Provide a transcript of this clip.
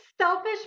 selfish